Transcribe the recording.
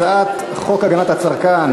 הצעת חוק הגנת הצרכן